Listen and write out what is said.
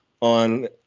On